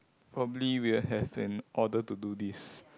probably we'll have an order to do this